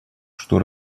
что